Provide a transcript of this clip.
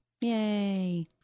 Yay